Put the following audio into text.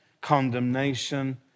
condemnation